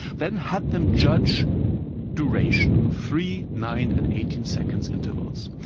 then had them judge duration of three, nine and eighteen seconds intervals.